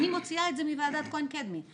אני מוציאה את זה מוועדת כהן-קדמי,